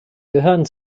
gehören